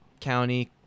County